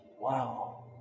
Wow